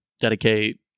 dedicate